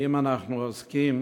ואם אנחנו עוסקים